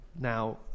now